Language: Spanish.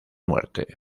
muerte